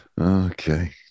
Okay